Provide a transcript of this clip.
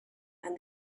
and